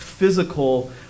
physical